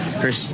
Chris